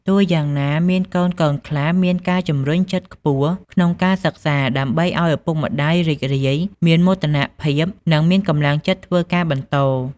ទោះយ៉ាងណា មានកូនៗខ្លះមានការជម្រុញចិត្តខ្ពស់ក្នុងការសិក្សា ដើម្បីឲ្យឪពុកម្តាយរីករាយ មានមោទនភាព និងមានកម្លាំងចិត្តធ្វើការបន្ត។